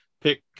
pick